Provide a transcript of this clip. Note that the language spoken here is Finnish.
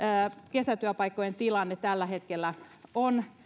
kesätyöpaikkojen tilanne tällä hetkellä on